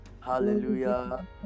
Hallelujah